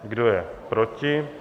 Kdo je proti?